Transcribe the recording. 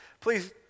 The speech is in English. Please